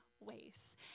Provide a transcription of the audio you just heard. ways